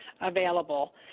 available